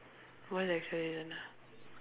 why like cheran ah